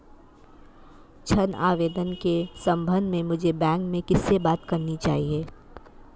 ऋण आवेदन के संबंध में मुझे बैंक में किससे बात करनी चाहिए?